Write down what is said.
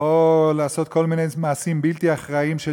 או לעשות כל מיני מעשים בלתי אחראיים של